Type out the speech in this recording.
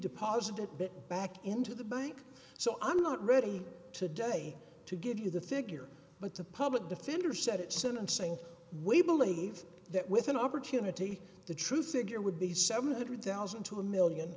deposited it back into the bank so i'm not ready today to give you the figure but the public defender said at sentencing we believe that with an opportunity the true think there would be seven hundred thousand to a million